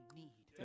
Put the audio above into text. need